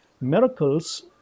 miracles